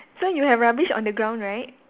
so you have rubbish on the ground right